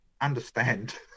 Understand